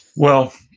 well,